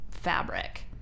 fabric